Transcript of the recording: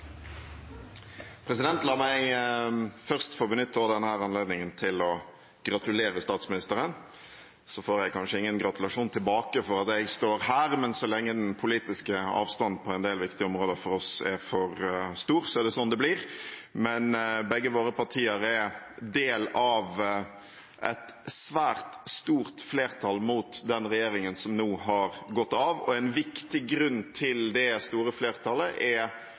å gratulere statsministeren. Så får jeg kanskje ingen gratulasjon tilbake for at jeg står her, men så lenge den politiske avstanden på en del viktige områder for oss er for stor, er det sånn det blir. Men begge våre partier er del av et svært stort flertall mot den regjeringen som nå har gått av, og en viktig grunn til det store flertallet er